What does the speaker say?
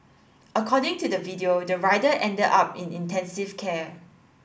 according to the video the rider ended up in intensive care